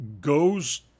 goes